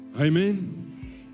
Amen